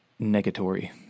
Negatory